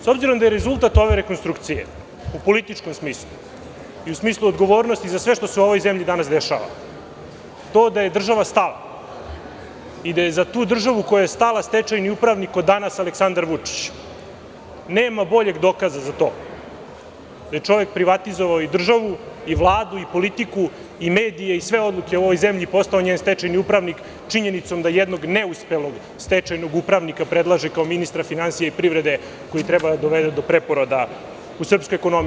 S obzirom da je rezultat ove rekonstrukcije u političkom smislu i u smislu odgovornosti za sve što se u ovoj zemlji danas dešava to da je država stala i da je za tu državu koja je stala stečajni upravnik od danas Aleksandar Vučić, nema boljeg dokaza za to da je čovek privatizovao i državu i Vladu i politiku i medije i sve odluke u ovoj zemlji, postao njen stečajni upravnik činjenicom da jednog neuspelog stečajnog upravnika predlaže kao ministra finansija i privrede koji treba da dovede do preporoda u srpskoj ekonomiji.